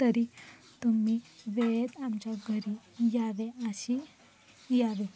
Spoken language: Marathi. तरी तुम्ही वेळेत आमच्या घरी यावे अशी यावे